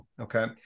Okay